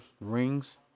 rings